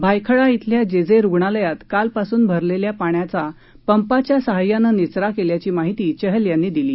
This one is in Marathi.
भायखळा इथल्या जेजे रुग्णालयात कालपासून भरलेल्या पाण्याचा पंपाच्या साहाय्यानं निचरा केल्याची माहिती चहल यांनी दिली